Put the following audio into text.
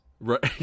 Right